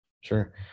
Sure